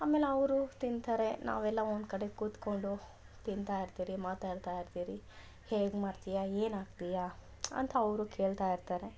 ಆಮೇಲೆ ಅವರು ತಿಂತಾರೆ ನಾವೆಲ್ಲ ಒಂದು ಕಡೆ ಕುತ್ಕೊಂಡು ತಿಂತಾ ಇರ್ತಿರಿ ಮಾತಾಡ್ತಾ ಇರ್ತೀರಿ ಹೇಗೆ ಮಾಡ್ತಿಯಾ ಏನು ಹಾಕ್ತಿಯ ಅಂತ ಅವರು ಕೇಳ್ತಾ ಇರ್ತಾರೆ